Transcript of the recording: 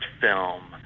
film